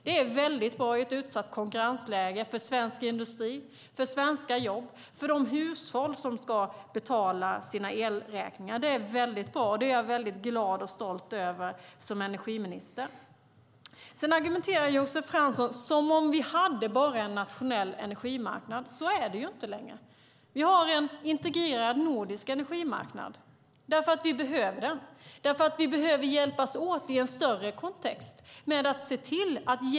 Det är i ett utsatt konkurrensläge bra för svensk industri och för svenska jobb och för de hushåll som ska betala sina elräkningar. Som energiminister är jag glad och stolt över detta. Josef Fransson argumenterar som om vi enbart har en nationell energimarknad. Så är det inte. Vi har en integrerad nordisk energimarknad för att vi behöver det och för att vi behöver hjälpas åt i en större kontext.